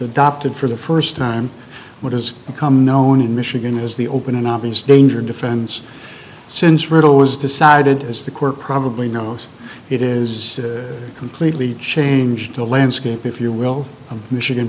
adopted for the first time what has become known in michigan is the open an obvious danger defense since riddle was decided as the court probably knows it is completely changed the landscape if you will of michigan